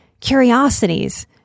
curiosities